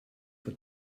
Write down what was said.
for